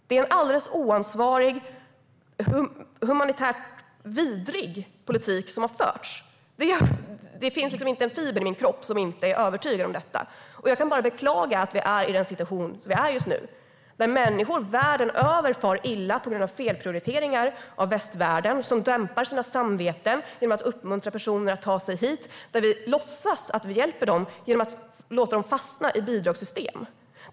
Det är en oansvarig och humanitärt vidrig politik som har förts. Det finns inte en fiber i min kropp som inte är övertygad om detta. Jag kan bara beklaga att vi är i den situation där vi är just nu, där människor världen över far illa på grund av felprioriteringar av västvärlden, som dämpar sitt samvete genom att uppmuntra personer att ta sig hit. Vi låtsas att vi hjälper dem genom att låta dem fastna i bidragssystem.